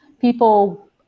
people